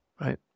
right